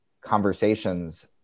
conversations